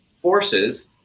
forces